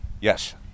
Yes